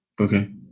okay